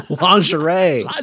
Lingerie